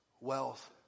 wealth